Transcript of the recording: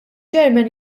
chairman